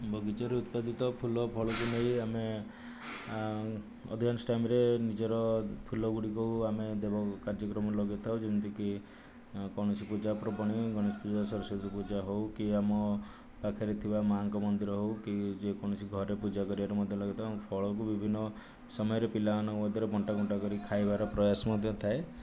ବଗିଚାରୁ ଉତ୍ପାଦିତ ଫୁଲ ଓ ଫଳକୁ ନେଇ ଆମେ ଅଧିକାଂଶ ଟାଇମରେ ନିଜର ଫୁଲ ଗୁଡ଼ିକୁ ଆମେ ଦେବ କାର୍ଯ୍ୟକ୍ରମରେ ଲଗେଇ ଥାଉ ଯେମିତିକି କୌଣସି ପୂଜାପର୍ବାଣି ଗଣେଶ ପୂଜା ସରସ୍ଵତୀ ପୂଜା ହେଉ କି ଆମ ପାଖରେ ଥିବା ମାଆଙ୍କ ମନ୍ଦିର ହେଉ କି ଯେକୌଣସି ଘରେ ପୂଜା କରିବାରେ ମଧ୍ୟ ଲଗେଇଥାଉ ଆମ ଫଳକୁ ବିଭିନ୍ନ ସମୟରେ ପିଲାମାନଙ୍କ ମଧ୍ୟରେ ବଣ୍ଟା ବଣ୍ଟା କରିକି ଖାଇବାର ପ୍ରୟାସ ମଧ୍ୟ ଥାଏ